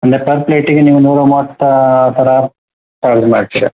ಅಂದರೆ ಪರ್ ಪ್ಲೇಟಿಗೆ ನೀವು ನೂರ ಮೂವತ್ತು ಥರ ಚಾರ್ಜ್ ಮಾಡ್ತೀರ